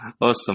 Awesome